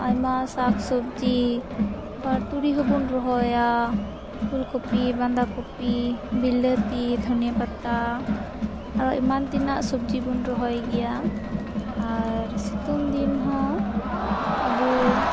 ᱟᱭᱢᱟ ᱥᱟᱠ ᱥᱚᱵᱡᱤ ᱟᱵᱟᱨ ᱛᱩᱲᱤ ᱦᱚᱸ ᱵᱚᱱ ᱨᱚᱦᱚᱭᱟ ᱯᱸᱩᱞ ᱠᱚᱯᱤ ᱵᱟᱫᱷᱟ ᱠᱚᱯᱤ ᱵᱤᱞᱟᱹᱛᱤ ᱫᱷᱚᱱᱭᱮ ᱯᱟᱛᱟ ᱟᱨᱚ ᱮᱢᱟᱱ ᱛᱮᱱᱟᱜ ᱥᱚᱵᱡᱤ ᱵᱚᱱ ᱨᱚᱦᱚᱭ ᱜᱮᱭᱟ ᱟᱨ ᱥᱤᱛᱩᱝ ᱫᱤᱱ ᱦᱚᱸ ᱟᱵᱩ